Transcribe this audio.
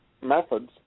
methods